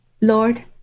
Lord